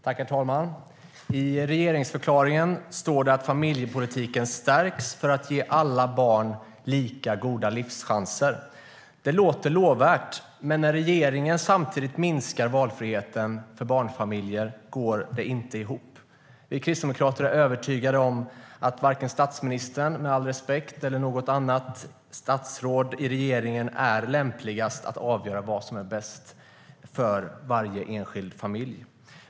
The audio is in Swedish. Herr talman! I regeringsförklaringen står det att familjepolitiken stärks för att ge alla barn lika goda livschanser. Det är lovvärt, men när regeringen samtidigt minskar valfriheten för barnfamiljer går det inte ihop. Vi kristdemokrater är övertygade om att varken statsministern, med all respekt, eller något annat statsråd i regeringen är lämpligast att avgöra vad som är bäst för varje enskild familj.